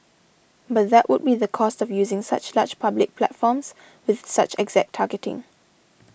but that would be the cost of using such large public platforms with such exact targeting